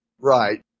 Right